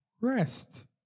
Rest